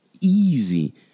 Easy